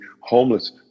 homeless